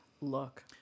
look